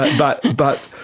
but but